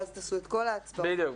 ואז תערכו את כל ההצבעות ---- בדיוק,